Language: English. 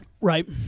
right